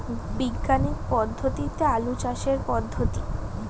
বিজ্ঞানিক পদ্ধতিতে আলু চাষের পদ্ধতি?